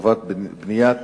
לטובת בניית